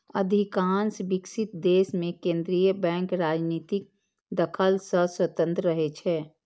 अधिकांश विकसित देश मे केंद्रीय बैंक राजनीतिक दखल सं स्वतंत्र रहै छै